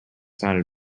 sounded